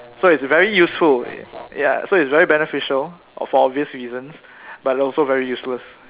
so it's very useful ya so it's very beneficial for obvious reasons but also very useless